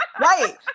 right